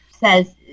says